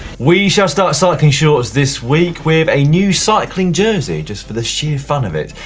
we shall start cycling shorts this week with a new cycling jersey just for the sheer fun of it.